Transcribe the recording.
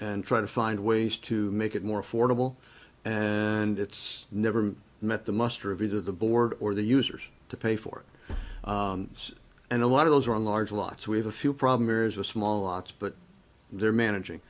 and try to find ways to make it more affordable and it's never met the muster of either the board or the users to pay for it and a lot of those are large a lot so we have a few problem areas with small lots but they're managing